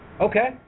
Okay